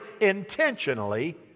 intentionally